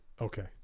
Okay